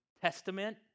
testament